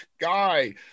guy